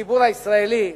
הציבור הישראלי,